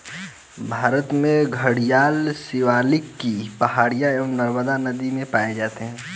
भारत में घड़ियाल शिवालिक की पहाड़ियां एवं नर्मदा नदी में पाए जाते हैं